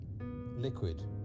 Liquid